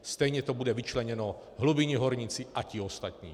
Stejně to bude vyčleněno hlubinní horníci a ti ostatní.